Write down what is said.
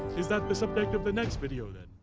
is that the subject of the next video then.